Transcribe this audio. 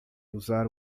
usar